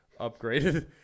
upgraded